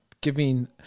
giving